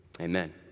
Amen